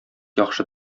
яхшы